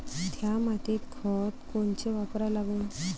थ्या मातीत खतं कोनचे वापरा लागन?